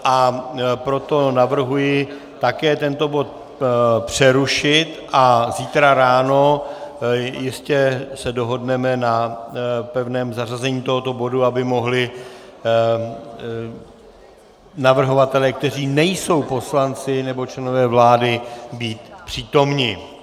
A proto navrhuji také tento bod přerušit a zítra ráno jistě se dohodneme na pevném zařazení tohoto bodu, aby mohli navrhovatelé, kteří nejsou poslanci nebo členové vlády být přítomni.